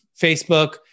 Facebook